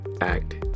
act